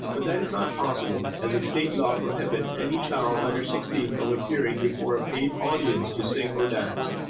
but that is not possible, as a state law prohibits any child under sixteen from appearing before a paid audience to sing or dance,